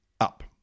up